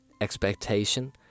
expectation